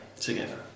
together